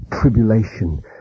tribulation